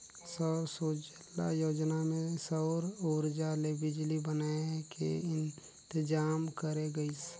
सौर सूजला योजना मे सउर उरजा ले बिजली बनाए के इंतजाम करे गइस